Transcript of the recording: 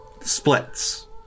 splits